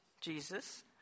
Jesus